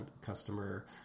customer